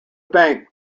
bank